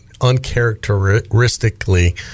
uncharacteristically